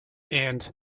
and